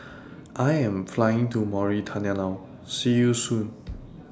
I Am Flying to Mauritania now See YOU Soon